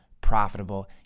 profitable